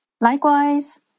Likewise